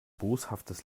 boshaftes